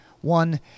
One